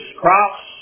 crops